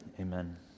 amen